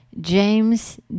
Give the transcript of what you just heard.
James